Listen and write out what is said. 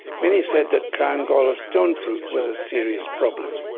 many said that crown gall of stone fruit was a serious problem.